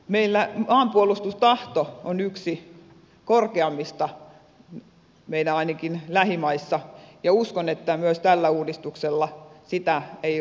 meillä maanpuolustustahto on yksi korkeammista ainakin meidän lähimaissa ja uskon että myöskään tällä uudistuksella sitä ei romuteta